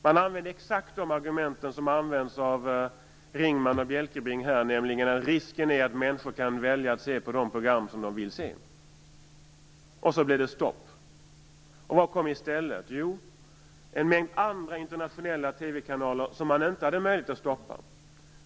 Man använde exakt de argument som används av Ringman och Bjälkebring här, nämligen att risken är att människor kan välja att se på de program som de vill se. Och så blev det stopp. Vad kom i stället? Jo, det kom en mängd andra internationella TV-kanaler, som man inte hade möjlighet att stoppa.